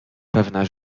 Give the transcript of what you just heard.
pewna